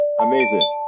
Amazing